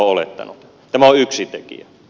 tämä on yksi tekijä